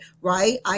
right